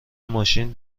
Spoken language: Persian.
ماشین